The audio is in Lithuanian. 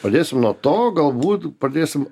pradėsim nuo to galbūt pradėsim